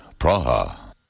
Praha